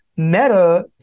Meta